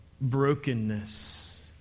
brokenness